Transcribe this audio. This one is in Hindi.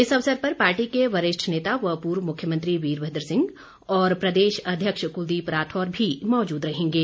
इस अवसर पर पार्टी के वरिष्ठ नेता व पूर्व मुख्यमंत्री वीरभद्र सिंह और प्रदेश अध्यक्ष कुलदीप राठौर भी मौजूद रहेंगे